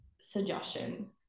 suggestion